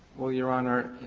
well your honor,